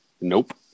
Nope